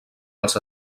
els